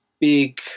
big